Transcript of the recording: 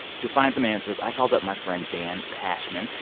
to find some answers, i called up my friend dan pashman.